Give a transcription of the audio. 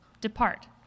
depart